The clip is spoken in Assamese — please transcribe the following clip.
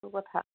সেইটো কথা